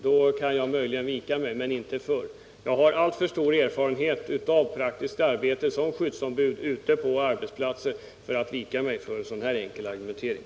Då kan jag möjligen vika mig — men inte förr. Jag har som skyddsombud ute på arbetsplatser alltför stor erfarenhet av praktiskt arbete för att vika mig för en så här enkel argumentering.